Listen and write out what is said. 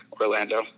Orlando